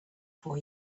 for